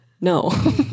no